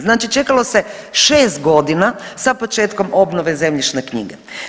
Znači čekalo se 6 godina sa početkom obnove zemljišne knjige.